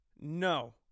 No